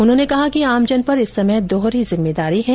उन्होंने कहा कि आमजन पर इस समय दोहरी जिम्मेदारी है